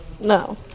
No